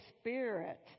Spirit